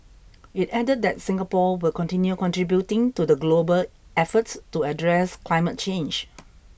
it added that Singapore will continue contributing to the global effort to address climate change